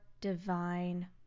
divine